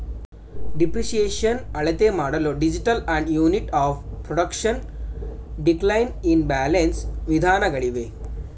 depreciation ಅಳತೆಮಾಡಲು digital and unit of production, decline in balance ವಿಧಾನಗಳಿವೆ